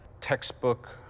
Textbook